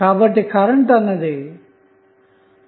కాబట్టి కరెంట్ అన్నది i01V50